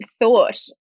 thought